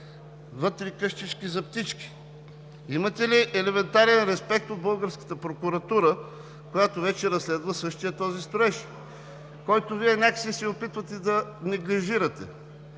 бъдат къщички за птички?! Имате ли елементарен респект от българската прокуратура, която вече разследва същия този строеж, който Вие някак си се опитвате да неглижирате?!